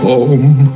Home